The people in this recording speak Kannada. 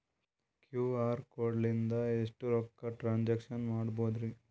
ಕ್ಯೂ.ಆರ್ ಕೋಡ್ ಲಿಂದ ಎಷ್ಟ ರೊಕ್ಕ ಟ್ರಾನ್ಸ್ಯಾಕ್ಷನ ಮಾಡ್ಬೋದ್ರಿ?